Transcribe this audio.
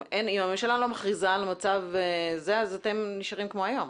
אם הממשלה לא מכריזה על מצב אתם נשארים כמו היום.